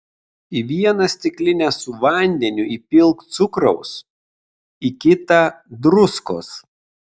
į vieną stiklinę su vandeniu įpilk cukraus į kitą druskos